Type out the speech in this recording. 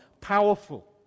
powerful